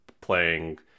playing